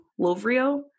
lovrio